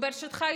וברשותך,